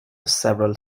several